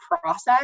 process